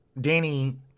Danny